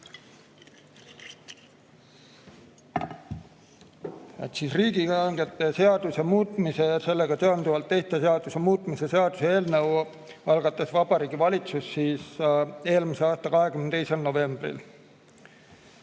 Riigihangete seaduse muutmise ja sellega seonduvalt teiste seaduste muutmise seaduse eelnõu algatas Vabariigi Valitsus eelmise aasta 22. novembril.